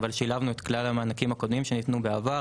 אבל שילבנו את כלל המענקים הקודמים שניתנו בעבר